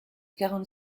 quarante